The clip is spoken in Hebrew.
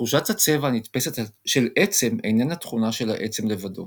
תחושת הצבע הנתפסת של עצם איננה תכונה של העצם לבדו.